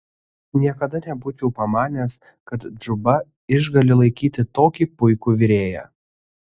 niekada nebūčiau pamanęs kad džuba išgali laikyti tokį puikų virėją